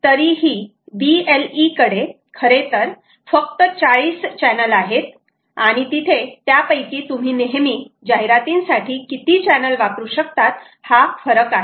आणि तरीही BLE कडे खरेतर फक्त 40 चॅनल आहेत आणि तिथे त्यापैकी तुम्ही नेहमी जाहिरातींसाठी किती चॅनल वापरू शकतात हा फरक आहे